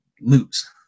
lose